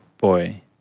boy